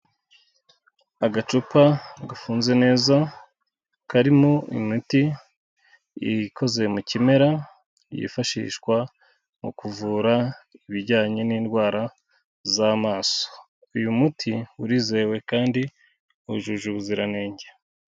Agacupa gafunze neza karimo imiti ikoze mu kimera, yifashishwa mu kuvura ibijyanye n'indwara z'amaso, uyu muti urizewe kandi wujuje ubuziranenge.